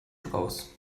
daraus